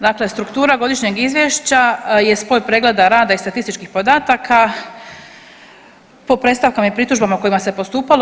Dakle, struktura godišnjeg izvješća je spoj pregleda rada i statističkih podataka po predstavkama i pritužbama kojima se postupalo.